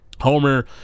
Homer